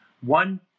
one